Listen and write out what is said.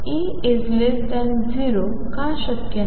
E0 का शक्य नाही